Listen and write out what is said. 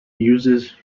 uses